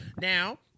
Now